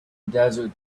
desert